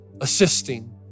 assisting